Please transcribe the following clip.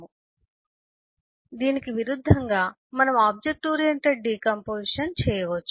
దీనికి విరుద్ధంగా దీనికి విరుద్ధంగా మనం ఆబ్జెక్ట్ ఓరియెంటెడ్ డికాంపొజిషన్ చేయవచ్చు